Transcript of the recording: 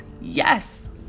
Yes